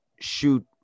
shoot